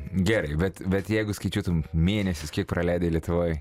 gerai bet bet jeigu skaičiuotume mėnesius kiek praleidai lietuvoj